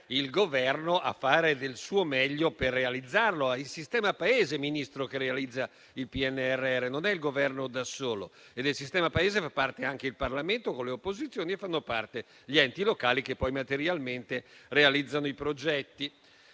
il Governo a fare del suo meglio per realizzarlo. Signor Ministro, è il sistema Paese che realizza il PNRR, non il Governo da solo, e del sistema Paese fanno parte anche il Parlamento con le opposizioni, nonché gli enti locali che poi materialmente realizzano i progetti.